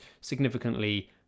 significantly